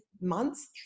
months